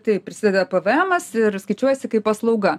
taip prisideda pvemas ir skaičiuojasi kaip paslauga